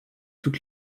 toute